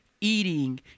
eating